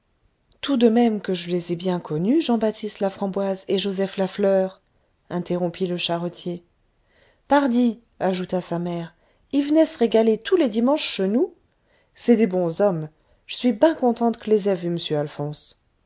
tout de même que je les ai bien connus jean-baptiste laframboise et joseph lafleur interrompit le charretier pardi ajouta sa mère y v'naient s'régaler tous les dimanches cheux nous c'est des bons hommes j'suis ben contente qu'les a vus monsieur alphonse